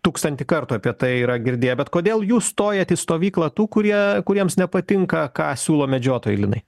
tūkstantį kartų apie tai yra girdėję bet kodėl jūs stojat į stovyklą tų kurie kuriems nepatinka ką siūlo medžiotojai linai